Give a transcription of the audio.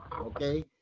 Okay